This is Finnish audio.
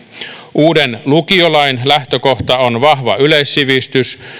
uuden lukiolain lähtökohta on vahva yleissivistys